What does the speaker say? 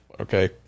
okay